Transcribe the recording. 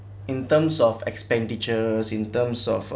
in terms of expenditures in terms of